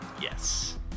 yes